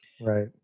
Right